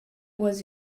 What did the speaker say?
was